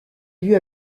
lieu